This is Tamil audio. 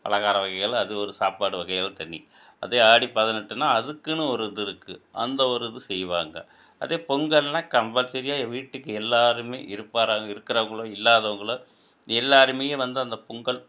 பலகார வகைகள் அது ஒரு சாப்பாடு வகைகள் தனி அதே ஆடிப் பதினெட்டுன்னால் அதுக்குன்னு ஒரு இது இருக்குது அந்த ஒரு இது செய்வாங்க அதே பொங்கல்னால் கம்பல்ஸரியாக வீட்டுக்கு எல்லோருமே இருப்பாறாங்க இருக்கறவங்களோ இல்லாதவங்களோ எல்லோருமே வந்து அந்தப் பொங்கல்